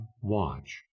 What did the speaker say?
watch